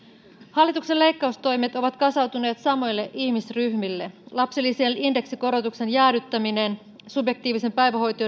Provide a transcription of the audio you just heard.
hallituksen leikkaustoimet ovat kasautuneet samoille ihmisryhmille lapsilisien indeksikorotuksen jäädyttäminen ja subjektiivisen päivähoito